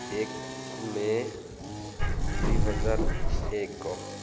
ଏକ ମେ ଦୁଇହଜାର ଏକ